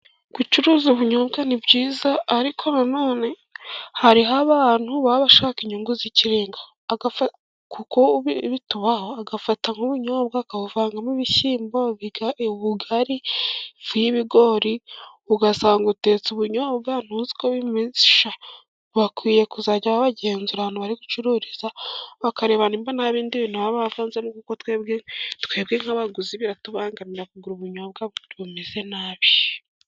Gucuruza ubunyobwa ni byiza ariko nanone hariho abantu baba bashaka inyungu z'ikirenga. Kuko bitubaho, agafata nk'ubunyobwa akabuvangamo ibishyimbo, ubugari, ifu y'ibigori ugasanga utetse ubunyobwa ntibushye. Bakwiye kuzajya bagenzura ahantu bacururiza bakareba nimba ntabindi bintintu baba bavanzemo kuko twebwe nk'abaguzi biratubangamira kugura ubunyobwa bumeze nabi.